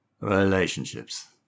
relationships